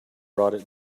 brought